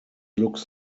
looks